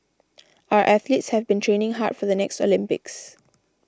our athletes have been training hard for the next Olympics